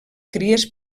cries